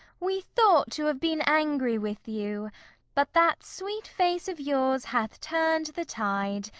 we thought to have been angry with you but that sweet face of yours hath turn'd the tide,